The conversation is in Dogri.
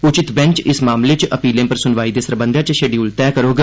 उचित बैंच इस मामले च अपीलें पर सुनवाई दे सरबंधै च शैड्यूल तैह करोग